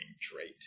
trait